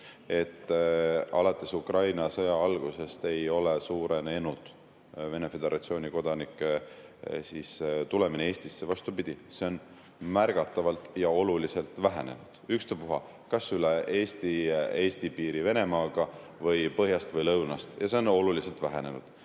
Alates Ukraina sõja algusest ei ole suurenenud Vene föderatsiooni kodanike tulemine Eestisse, vastupidi, see on märgatavalt ja oluliselt vähenenud. Ükstapuha, kas üle Eesti‑Vene piiri põhjast või lõunast [tulemine] – see on oluliselt vähenenud.